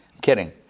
Kidding